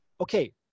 Okay